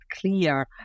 clear